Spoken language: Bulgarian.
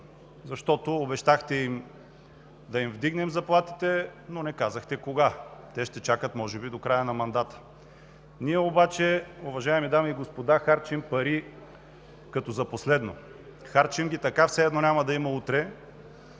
защото им обещахте да им вдигнем заплатите, но не казахте кога. Те ще чакат може би до края на мандата. Ние обаче, уважаеми дами и господа, харчим пари като за последно – харчим ги така, все едно няма да има утре,